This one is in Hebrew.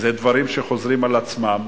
ואלה דברים שחוזרים על עצמם.